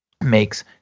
makes